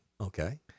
Okay